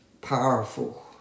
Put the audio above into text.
powerful